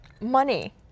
money